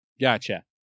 Gotcha